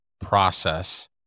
process